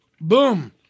boom